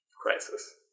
crisis